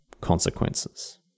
consequences